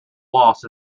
loss